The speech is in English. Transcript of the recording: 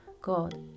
God